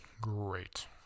great